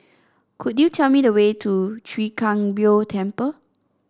could you tell me the way to Chwee Kang Beo Temple